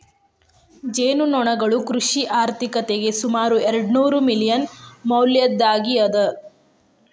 ಜೇನುನೊಣಗಳು ಕೃಷಿ ಆರ್ಥಿಕತೆಗೆ ಸುಮಾರು ಎರ್ಡುನೂರು ಮಿಲಿಯನ್ ಮೌಲ್ಯದ್ದಾಗಿ ಅದ